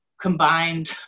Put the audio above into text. combined